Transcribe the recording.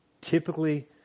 typically